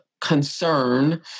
concern